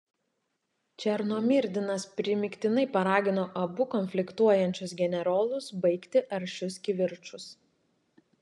černomyrdinas primygtinai paragino abu konfliktuojančius generolus baigti aršius kivirčus